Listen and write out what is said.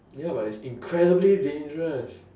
ya but it's incredibly dangerous